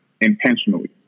intentionally